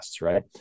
right